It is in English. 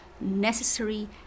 necessary